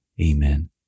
Amen